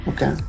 Okay